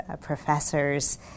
professors